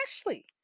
Ashley